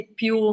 più